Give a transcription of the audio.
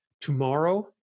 tomorrow